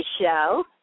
show